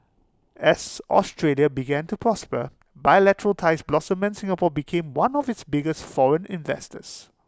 as Australia began to prosper bilateral ties blossomed and Singapore became one of its biggest foreign investors